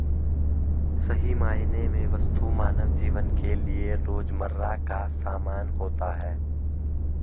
सही मायने में वस्तु मानव जीवन के लिये रोजमर्रा का सामान होता है